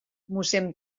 mossén